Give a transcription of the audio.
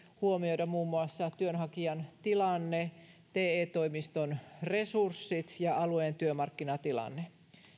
huomioida muun muassa työnhakijan tilanne te toimiston resurssit ja alueen työmarkkinatilanne